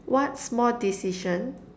what small decision